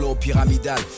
Pyramidal